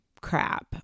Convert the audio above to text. crap